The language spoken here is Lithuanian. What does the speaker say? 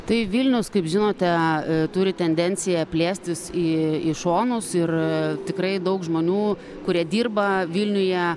tai vilnius kaip žinote turi tendenciją plėstis į į šonus ir tikrai daug žmonių kurie dirba vilniuje